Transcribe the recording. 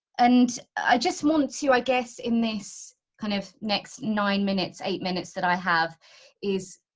and i just want to, i guess in this kind of next nine minutes eight minutes that i have is.